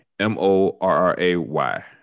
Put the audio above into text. M-O-R-R-A-Y